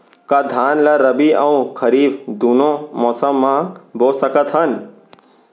का धान ला रबि अऊ खरीफ दूनो मौसम मा बो सकत हन?